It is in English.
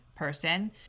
Person